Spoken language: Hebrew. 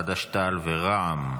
חד"ש-תע"ל ורע"ם.